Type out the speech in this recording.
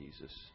Jesus